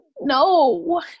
no